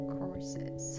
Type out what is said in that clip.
courses